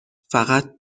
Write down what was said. فقط